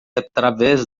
através